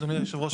אדוני היושב-ראש,